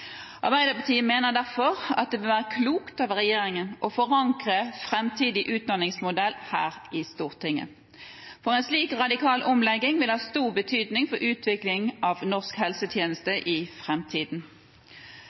Arbeiderpartiet mener derfor at det vil være klokt av regjeringen å forankre den framtidige utdanningsmodellen her i Stortinget, for en slik radikal omlegging vil ha stor betydning for utviklingen av norsk helsetjeneste i